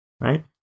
right